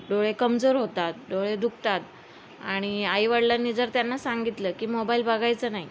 डोळे कमजोर होतात डोळे दुखतात आणि आईवडिलांनी जर त्यांना सांगितलं की मोबाईल बघायचं नाही